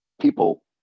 people